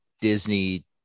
Disney